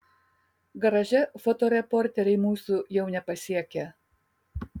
garaže fotoreporteriai mūsų jau nepasiekia